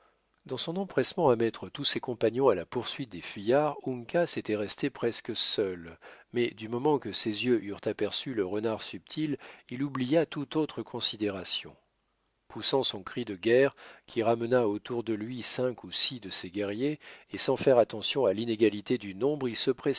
dans son empressement à mettre tous ses compagnons à la poursuite des fuyards uncas était resté presque seul mais du moment que ses yeux eurent aperçu le renard subtil il oublia toute autre considération poussant son cri de guerre qui ramena autour de lui cinq ou six de ses guerriers et sans faire attention à l'inégalité du nombre il se